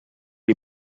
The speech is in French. les